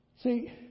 See